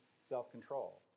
self-control